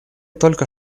только